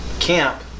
camp